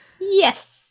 Yes